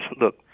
look